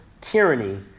tyranny